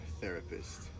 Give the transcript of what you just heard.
therapist